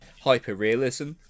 hyper-realism